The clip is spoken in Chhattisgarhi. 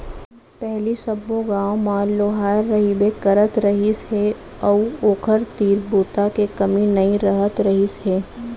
पहिली सब्बो गाँव म लोहार रहिबे करत रहिस हे अउ ओखर तीर बूता के कमी नइ रहत रहिस हे